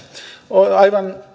on aivan